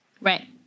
Right